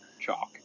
Chalk